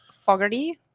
fogarty